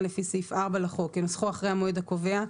לפי סעיף 4 לחוק כנוסחו אחרי המועד הקובע,